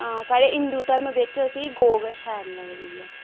साढ़े हिंदु धर्म बिच असेंगी गौऽ गै शैल लगदी ऐ